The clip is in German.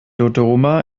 dodoma